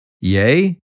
Yea